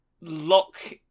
lock